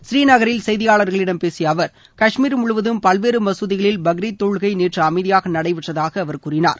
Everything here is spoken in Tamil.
ஸ்ரீநகரில் செய்தியாளர்களிடம் பேசிய அவர் கஷ்மீர் முழுவதும் பல்வேறு மசூதிகளில் பக்ரீத் தொழுகை நேற்று அமைதியாக நடைபெற்றதாக அவர் கூறினார்